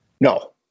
No